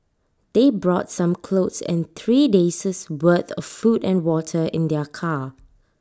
they brought some clothes and three day says worth of food and water in their car